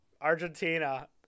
argentina